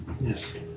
Yes